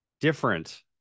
different